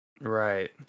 Right